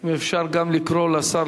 אם אפשר לקרוא גם לשר,